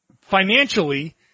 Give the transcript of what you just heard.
financially